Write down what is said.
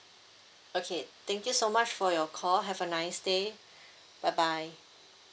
okay thank you so much for your call have a nice day bye bye